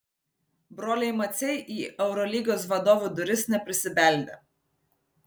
broliai maciai į eurolygos vadovų duris neprisibeldė